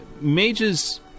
mages